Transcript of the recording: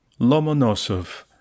Lomonosov